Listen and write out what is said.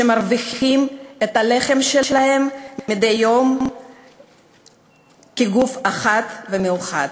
שמרוויחים את הלחם שלהם מדי יום כגוף אחד ומאוחד.